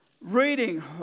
reading